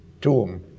tomb